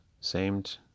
seemed